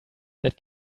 that